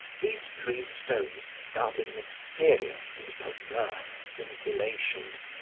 these three stones darted mysterious and perverse scintillations,